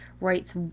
writes